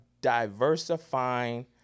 diversifying